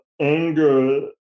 anger